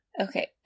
okay